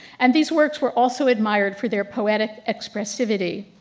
and these works were also admired for their poetic expressivity.